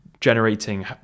generating